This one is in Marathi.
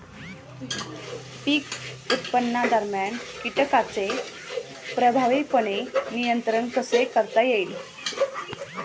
पीक उत्पादनादरम्यान कीटकांचे प्रभावीपणे नियंत्रण कसे करता येईल?